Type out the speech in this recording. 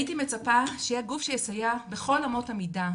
הייתי מצפה שיהיה גוף שיסייע בכל אמות המידה,